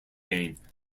gang